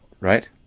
right